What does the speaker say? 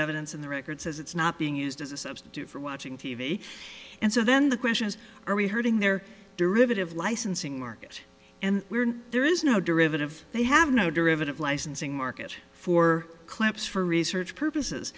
evidence in the record says it's not being used as a substitute for watching t v and so then the question is are we hurting their derivative licensing market and weird there is no derivative they have no derivative licensing market for clips for research purposes